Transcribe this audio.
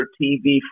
TV